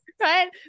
Right